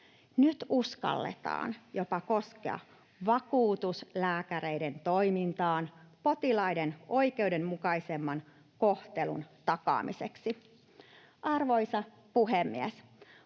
Nyt uskalletaan jopa koskea vakuutuslääkäreiden toimintaan potilaiden oikeudenmukaisemman kohtelun takaamiseksi. Arvoisa puhemies!